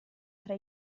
tra